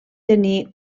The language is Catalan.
tenir